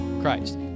Christ